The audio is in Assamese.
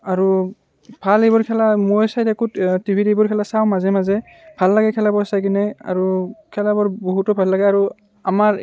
আৰু ভাল এইবোৰ খেলা মই চাই থাকোঁ টিভিত এইবোৰ খেলা চাওঁ মাজে মাজে ভাল লাগে খেলাবোৰ চাই কিনে আৰু খেলাবোৰ বহুতো ভাল লাগে আৰু আমাৰ